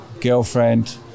Girlfriend